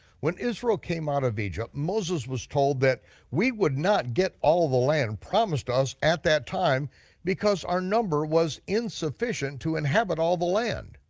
when israel came out of egypt, moses was told that we would not get all the land promised us at that time because our number was insufficient to inhabit all the land.